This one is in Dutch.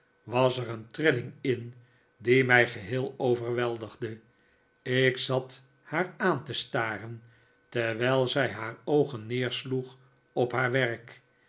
was er een trilling in die mij geheel overweldigde ik zat haar aan te staren terwijl zij haar oogen neersloeg op haar werk